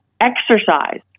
Exercise